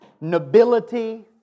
nobility